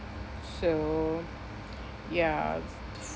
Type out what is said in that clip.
so ya